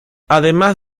además